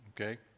okay